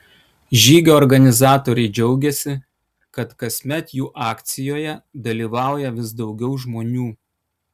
žygio organizatoriai džiaugiasi kad kasmet jų akcijoje dalyvauja vis daugiau žmonių